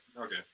okay